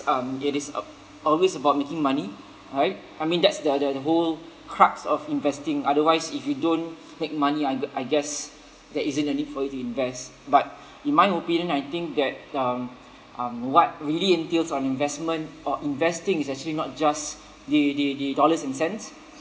um it is a~ always about making money right I mean that's the the whole crux of investing otherwise if you don't make money I gu~ I guess there isn't a need for you to invest but in my opinion I think that um um what really entails on investment or investing is actually not just the the the dollars and cents